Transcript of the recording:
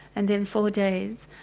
and then four days.